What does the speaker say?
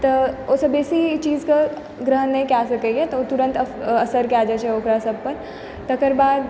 तऽ ओहिसँ बेसी ई चीजके ग्रहण नहि कए सकै यऽ तऽ ओ तुरत असरि कए जाय छै ओकरा सबपर तकर बाद